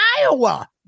Iowa